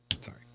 sorry